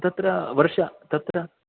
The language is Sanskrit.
तत्र वर्ष तत्र